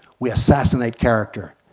we assassinate character.